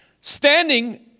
standing